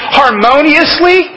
harmoniously